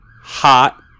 hot